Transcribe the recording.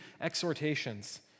exhortations